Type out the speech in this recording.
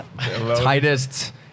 tightest